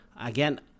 again